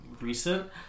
recent